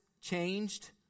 changed